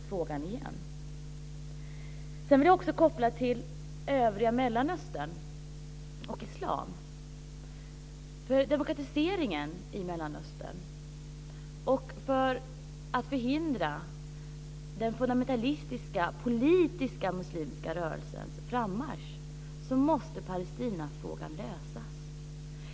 Sedan vill jag också göra en koppling till övriga Mellanöstern och islam. För demokratiseringen i Mellanöstern och för att förhindra den fundamentalistiska, politiska, muslimska rörelsens frammarsch måste Palestinafrågan lösas.